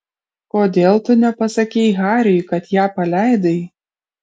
kodėl tu nepasakei hariui kad ją paleidai